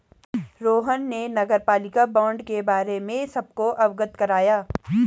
रोहन ने नगरपालिका बॉण्ड के बारे में सबको अवगत कराया